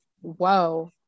Whoa